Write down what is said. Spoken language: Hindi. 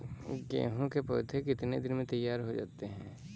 गेहूँ के पौधे कितने दिन में तैयार हो जाते हैं?